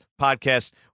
podcast